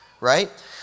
right